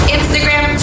Instagram